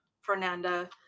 fernanda